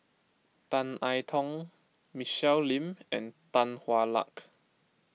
Tan I Tong Michelle Lim and Tan Hwa Luck